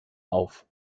auf